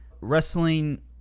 wrestling